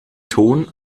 ton